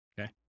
okay